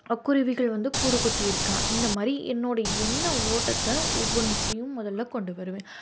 குருவிகள் வந்து கூடு கூட்டி இருக்கலாம் இந்த மாதிரி என்னோடய எண்ண ஓட்டத்தை ஒவ்வொன்றையும் முதல்ல கொண்டு வருவேன்